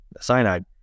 Cyanide